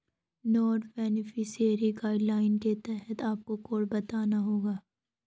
non beneficiary guidelines के तहत आपको कोड बताना होगा